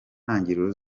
ntangiriro